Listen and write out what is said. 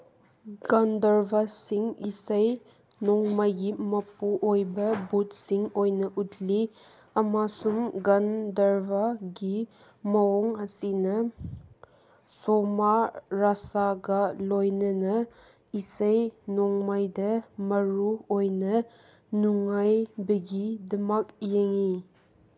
ꯀꯟꯗꯔꯕꯁꯁꯤꯡ ꯏꯁꯩ ꯅꯣꯡꯃꯥꯏꯒꯤ ꯃꯄꯨ ꯑꯣꯏꯕ ꯕꯨꯠꯁꯤꯡ ꯑꯣꯏꯅ ꯎꯠꯂꯤ ꯑꯃꯁꯨꯡ ꯒꯟꯗꯔꯕꯒꯤ ꯃꯑꯣꯡ ꯑꯁꯤꯅ ꯁꯣꯃꯥ ꯔꯥꯁꯥꯒ ꯂꯣꯏꯅꯅ ꯏꯁꯩ ꯅꯣꯡꯃꯥꯏꯗ ꯃꯔꯨꯑꯣꯏꯅ ꯅꯨꯡꯉꯥꯏꯕꯒꯤꯗꯃꯛ ꯌꯦꯡꯉꯤ